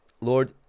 Lord